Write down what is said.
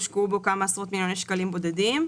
הושקעו בו כמה עשרות מיליוני שקלים בודדים,